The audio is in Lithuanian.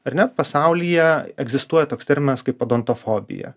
ar ne pasaulyje egzistuoja toks terminas kaip odontofobija